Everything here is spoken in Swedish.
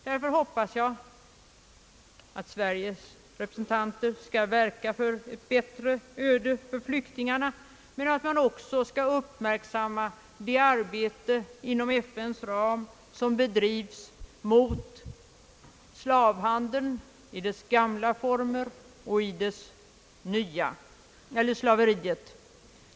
Jag hoppas därför att Sveriges representanter skall verka för ett bättre öde för flyktingarna men att man också skall uppmärksamma det arbete inom FN:s ram som bedrivs mot slaveriet i dess gamla och nya former.